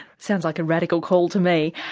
sounds like a radical call to me.